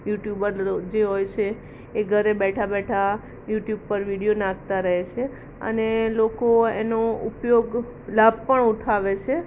YouTuber જે હોય છે એ ઘરે બેઠાં બેઠાં યુટ્યુબ પર વિડીયો નાખતા રહે છે અને લોકો એનો ઉપયોગ લાભ પણ ઉઠાવે છે